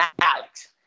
Alex